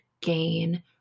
gain